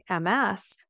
MS